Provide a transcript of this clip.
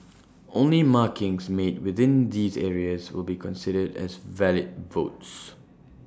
only markings made within these areas will be considered as valid votes